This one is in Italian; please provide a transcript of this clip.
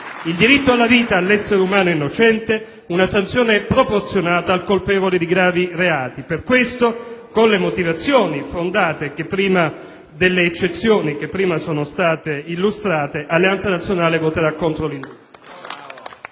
il diritto alla vita all'essere umano innocente, una sanzione proporzionata al colpevole di gravi reati. Per questo, con le motivazioni fondate delle eccezioni che prima sono state illustrate, Alleanza nazionale voterà contro l'indulto.